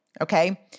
Okay